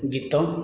ଗୀତ